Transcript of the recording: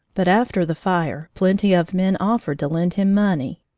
but after the fire plenty of men offered to lend him money,